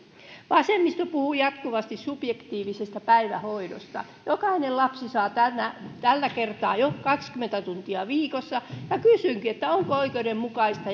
vasemmisto puhuu jatkuvasti subjektiivisesta päivähoidosta jokainen lapsi saa tällä kertaa jo kaksikymmentä tuntia viikossa ja kysynkin onko oikeudenmukaista